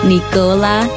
Nicola